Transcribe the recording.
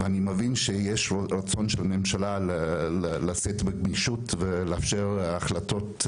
אני מבין שיש רצון של הממשלה לשאת בגמישות ולאפשר החלטות,